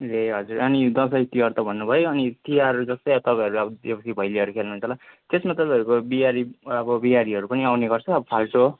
ए हजुर अनि दसैँ तिहार त भन्नुभयो अनि तिहार जस्तै अब तपाईँहरू अब देउसी भैलीहरू खेल्नुहुन्छ होला त्यसमा तपाईँहरूको बिहारी अब बिहारीहरू पनि आउने गर्छ फाल्टो